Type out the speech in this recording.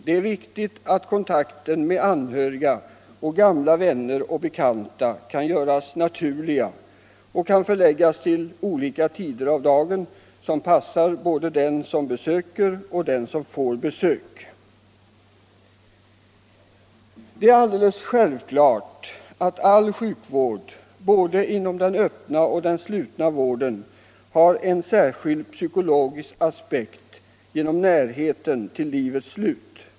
Det är viktigt att kontakten med anhöriga och gamla vänner och bekanta kan göras naturlig och förläggas på olika tider av dagen, som passar både den som besöker och den som får besök. Det är alldeles självklart att all sjukvård inom både den öppna och den slutna vården har en särskild psykologisk aspekt genom närheten till livets slut.